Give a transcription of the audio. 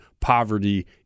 poverty